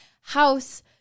house